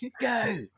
Go